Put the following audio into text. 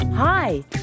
Hi